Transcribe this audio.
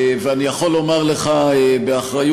ואני יכול לומר לך באחריות,